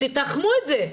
תתחמו את זה.